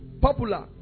popular